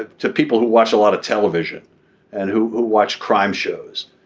to people who watch a lot of television and who watch crime shows